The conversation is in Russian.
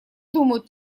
думают